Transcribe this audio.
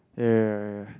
yeah yeah yeah yeah